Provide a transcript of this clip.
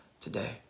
today